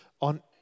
on